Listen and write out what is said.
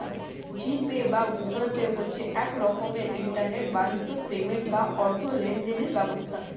জি Pay বা Google Pay হচ্ছে এক রকমের ইন্টারনেট বাহিত পেমেন্ট বা অর্থ লেনদেনের ব্যবস্থা